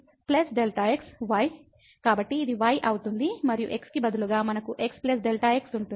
కాబట్టి ఇది y అవుతుంది మరియు x కి బదులుగా మనకు x Δx ఉంటుంది